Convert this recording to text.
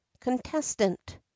contestant